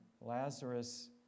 Lazarus